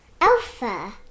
Alpha